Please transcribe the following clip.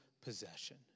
possession